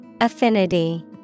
Affinity